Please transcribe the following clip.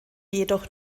jedoch